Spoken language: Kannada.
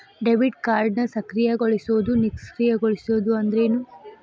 ಡೆಬಿಟ್ ಕಾರ್ಡ್ನ ಸಕ್ರಿಯಗೊಳಿಸೋದು ನಿಷ್ಕ್ರಿಯಗೊಳಿಸೋದು ಅಂದ್ರೇನು?